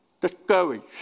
discouraged